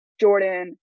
Jordan